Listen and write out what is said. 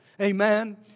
Amen